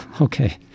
okay